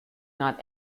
not